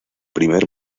primer